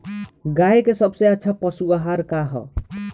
गाय के सबसे अच्छा पशु आहार का ह?